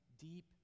deep